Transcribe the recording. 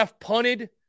punted